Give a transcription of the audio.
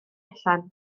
allan